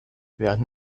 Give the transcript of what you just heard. werden